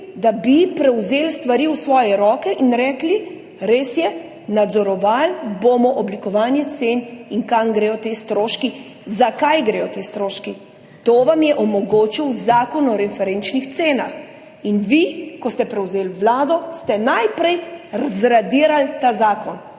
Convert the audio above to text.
da bi prevzeli stvari v svoje roke in rekli, res je, nadzorovali bomo oblikovanje cen in kam gredo ti stroški, za kaj gredo ti stroški? To vam je omogočil zakon o referenčnih cenah. In vi, ko ste prevzeli Vlado, ste najprej zradirali ta zakon.